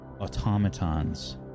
automatons